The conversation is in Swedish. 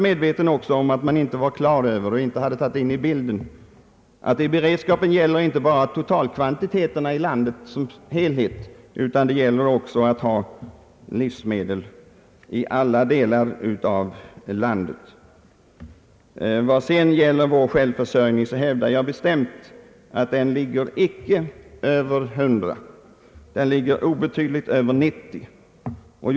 Man hade inte heller tagit med i bilden att beredskapen inte bara gäller totalkvantiteterna i landet som helhet, utan också förutsätter att det finns livsmedel i olika delar av landet. Vad sedan gäller vår självförsörjningsgrad hävdar jag bestämt att den icke är över 100 procent; den är obetydligt över 90 procent.